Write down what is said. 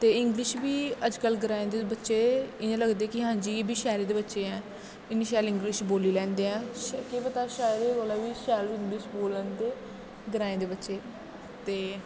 ते इंग्लिश बी अज्ज कल ग्राएं दे बच्चे इ'यां लगदे कि हां जी एह् बी शैह्रें दे बच्चे ऐ इन्नी शैल इंग्लिश बोली लैंदे ऐ केह् पता शैह्रें कोला बी शैल इंग्लिश बोली लैंदे ग्राएं दे बच्चे ते